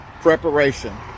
preparation